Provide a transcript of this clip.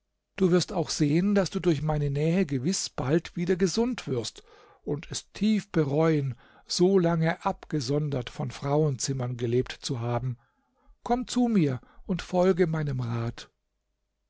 du wirst auch sehen daß du durch meine nähe gewiß bald wieder gesund wirst und es tief bereuen solange abgesondert von frauenzimmern gelebt zu haben komm zu mir und folge meinem rat